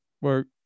work